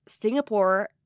Singapore